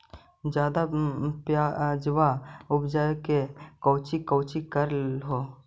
ज्यादा प्यजबा उपजाबे ले कौची कौची कर हो?